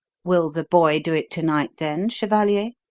will the boy do it to-night, then, chevalier?